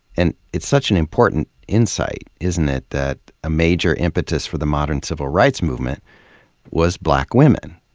and it's such an important insight, isn't it, that a major impetus for the modern civil rights movement was black women,